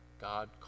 God